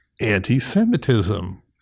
anti-Semitism